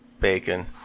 Bacon